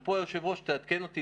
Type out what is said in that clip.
ופה תעדכן אותי היושב-ראש,